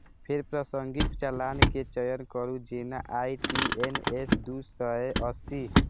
फेर प्रासंगिक चालान के चयन करू, जेना आई.टी.एन.एस दू सय अस्सी